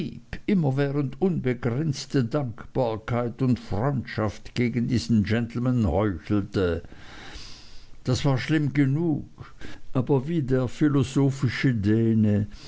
heep immerwährend unbegrenzte dankbarkeit und freundschaft gegen diesen gentleman heuchelte das war schlimm genug aber wie der philosophische däne